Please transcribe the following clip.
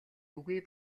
үгүй